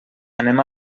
anem